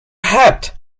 hat